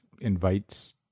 invites